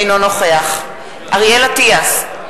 אינו נוכח אריאל אטיאס,